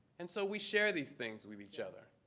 and so we share these things with each other.